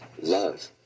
love